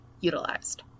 utilized